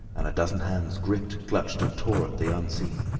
and a dozen hands gripped, clutched, and tore at the unseen.